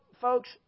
folks